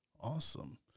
Awesome